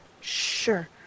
sure